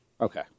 Okay